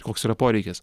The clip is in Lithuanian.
koks yra poreikis